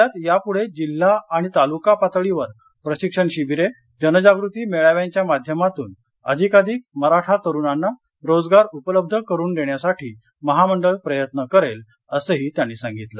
राज्यात यापूढे जिल्हा आणि तालुका पातळीवर प्रशिक्षण शिबिरे जनजागृती मेळाव्यांच्या माध्यमातून अधिकाधिक मराठा तरुणांना रोजगार उपलब्ध करून देण्यासाठी महामंडळ प्रयत्न करेल असेही त्यांनी सांगितलं